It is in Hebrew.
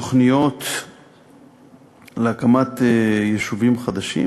תוכניות להקמת יישובים חדשים,